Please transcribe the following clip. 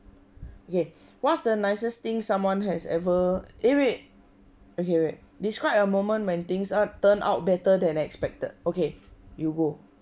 okay what's the nicest thing someone has ever eh wait okay wait describe a moment when things out turned out better than expected okay you go